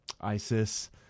ISIS